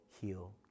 heal